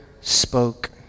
spoke